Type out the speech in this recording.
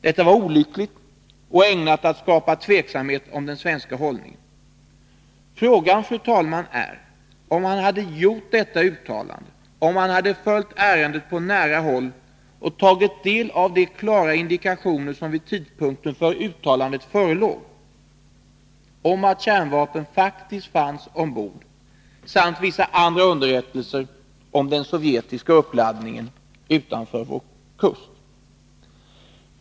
Detta var olyckligt och ägnat att skapa tveksamhet om den svenska hållningen. Frågan är, fru talman, om försvarsministern hade gjort detta uttalande, ifall han hade följt ärendet på nära håll och tagit del av de vid tidpunkten för uttalandet klara indikationerna på att kärnvapen faktiskt fanns ombord samt vissa andra underrättelser om den sovjetiska uppladdningen utanför vår kust.